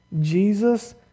Jesus